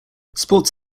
sports